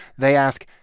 they ask,